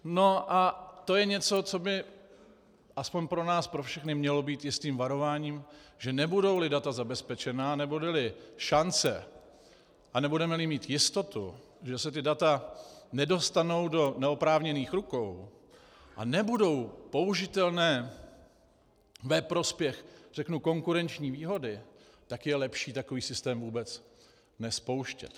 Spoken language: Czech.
No a to je něco, co by aspoň pro nás pro všechny mělo být jistým varováním, že nebudouli data zabezpečena, nebudeli šance a nebudemeli mít jistotu, že se data nedostanou do neoprávněných rukou a nebudou použitelná ve prospěch, řeknu, konkurenční výhody, tak je lepší takový systém vůbec nespouštět.